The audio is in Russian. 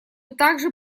также